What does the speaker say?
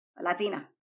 Latina